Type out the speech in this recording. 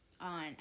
on